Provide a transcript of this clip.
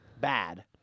Bad